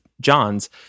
John's